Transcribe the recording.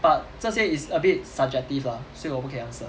but 这些 is a bit subjective lah 所以我不可以 answer